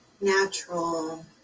natural